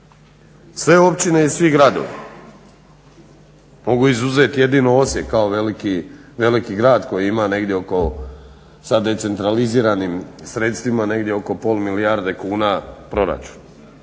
Sve općine i svi gradovi, mogu izuzeti jedino Osijek kao veliki grad koji ima negdje oko sa decentraliziranim sredstvima negdje oko pola milijarde kuna proračun,